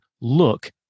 look